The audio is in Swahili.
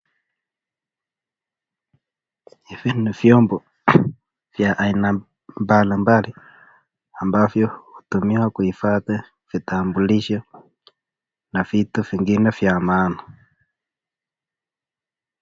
Hivi ni vyombo vya aina mbalimbali ambavyo hutumiwa kuhifadhi vitambulisho na vitu vingine vya maana.